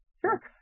Sure